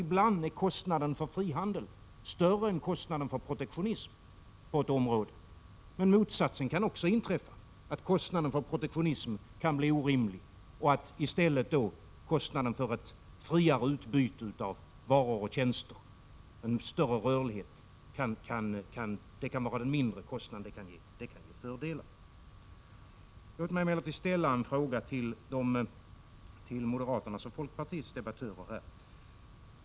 Ibland är kostnaden för frihandeln större än kostnaden för protektionismen på en del områden, men motsatsen kan också inträffa, att kostnaden för protektionism kan bli orimlig och att i stället kostnaden för ett friare utbyte av varor och tjänster, en större rörlighet, kan vara den mindre kostnaden och ge fördelar. Låt mig emellertid ställa en fråga till moderaternas och folkpartiets debattörer här.